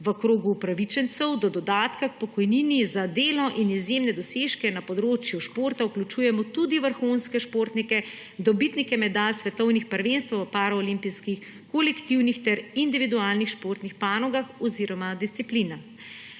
V krog upravičencev do dodatka k pokojnini za delo in izjemne dosežke na področju športa vključujemo tudi vrhunske športnike, dobitnike medalj s svetovnih prvenstev v paraolimpijskih kolektivnih ter individualnih športnih panogah oziroma disciplinah.